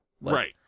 Right